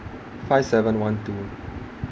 five seven one two